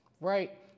right